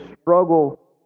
struggle